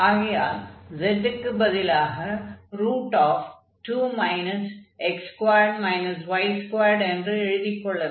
ஆகையால் z க்குப் பதிலாக 2 x2y2 என்று எழுதிக் கொள்ள வேண்டும்